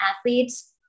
athletes